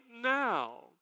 now